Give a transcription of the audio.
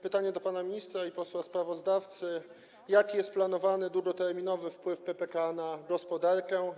Pytanie do pana ministra i posła sprawozdawcy: Jaki jest planowany długoterminowy wpływ PPK na gospodarkę?